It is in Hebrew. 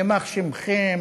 יימח שמכם,